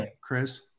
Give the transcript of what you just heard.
Chris